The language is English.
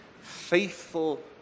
faithful